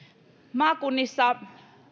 maakunnissa